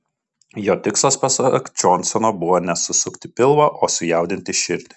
jo tikslas pasak džonsono buvo ne susukti pilvą o sujaudinti širdį